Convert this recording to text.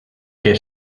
que